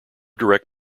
direct